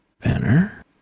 Banner